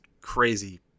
crazy